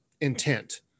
intent